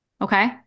okay